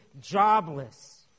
jobless